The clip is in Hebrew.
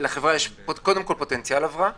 לחברה יש קודם כול פוטנציאל הבראה,